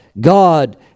God